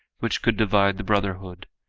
which could divide the brotherhood,